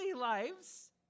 lives